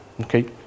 okay